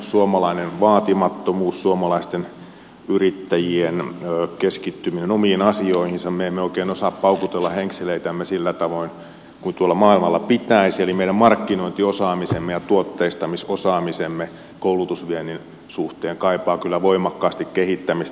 suomalainen vaatimattomuus suomalaisten yrittäjien keskittyminen omiin asioihinsa me emme oikein osaa paukutella henkseleitämme sillä tavoin kuin tuolla maailmalla pitäisi eli meidän markkinointiosaamisemme ja tuotteistamisosaamisemme koulutusviennin suhteen kaipaa kyllä voimakkaasti kehittämistä